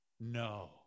no